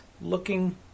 looking